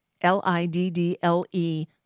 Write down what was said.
L-I-D-D-L-E